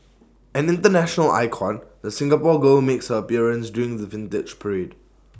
an International icon the Singapore girl makes her appearance during the Vintage Parade